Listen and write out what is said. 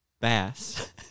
bass